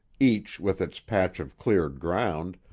each with its patch of cleared ground,